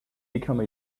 become